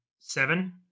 seven